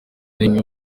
bimwe